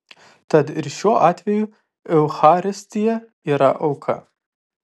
tad ir šiuo atveju eucharistija yra auka